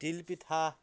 তিল পিঠা